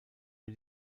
für